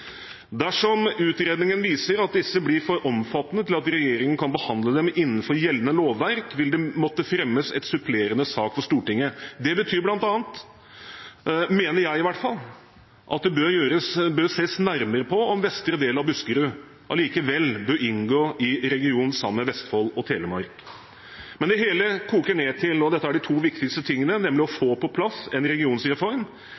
Dersom utredningene viser at disse blir for omfattende til at regjeringen kan behandle dem innenfor gjeldende lovverk, vil det måtte fremmes en supplerende sak for Stortinget.» Det betyr bl.a. – mener jeg, i hvert fall – at det bør ses nærmere på om vestre del av Buskerud allikevel bør inngå i region sammen med Vestfold og Telemark. Men det hele koker ned til – og dette er de to viktigste tingene – å